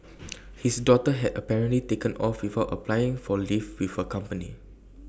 his daughter had apparently taken off without applying for leave with her company